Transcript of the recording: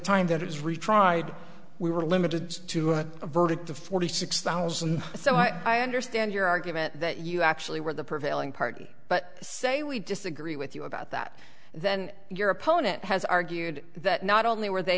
time that it was retried we were limited to a verdict of forty six thousand so i understand your argument that you actually were the prevailing party but say we disagree with you about that then your opponent has argued that not only were they